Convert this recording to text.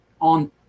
on